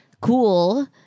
cool –